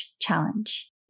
challenge